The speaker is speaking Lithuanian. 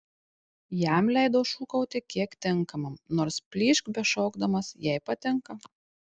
jam leido šūkauti kiek tinkamam nors plyšk bešaukdamas jei patinka